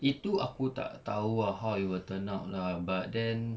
itu aku tak tahu ah how it will turn out lah but then